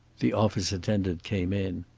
the office attendant came in.